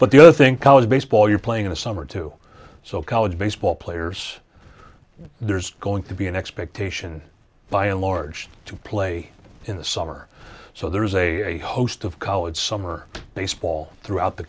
but the other thing college baseball you're playing in the summer too so college baseball players there's going to be an expectation by and large to play in the summer so there is a host of college summer baseball throughout the